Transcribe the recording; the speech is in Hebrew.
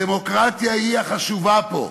הדמוקרטיה היא החשובה פה.